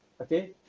okay